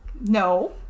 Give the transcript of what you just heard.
No